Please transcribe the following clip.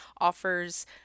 offers